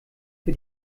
für